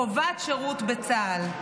חובת שירות בצה"ל.